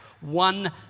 one